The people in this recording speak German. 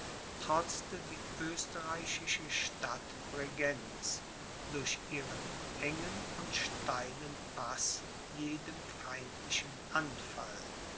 trotzte die österreichische stadt bregenz durch ihren engen und steilen paß jedem feindlichen anfall